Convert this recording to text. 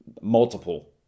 multiple